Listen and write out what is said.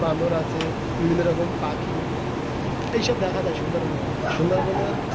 বাঁদর আছে বিভিন্ন রকম পাখি এইসব দেখা যায় সুন্দরবনের সুন্দরবনের